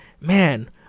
man